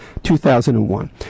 2001